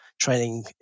training